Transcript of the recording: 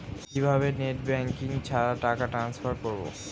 কিভাবে net banking ছাড়া টাকা টান্সফার করব?